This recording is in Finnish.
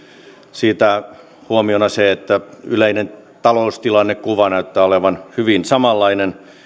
siitä huomiona se että yleinen talouden tilannekuva näyttää olevan kaikilla hyvin samanlainen